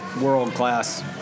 world-class